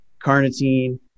carnitine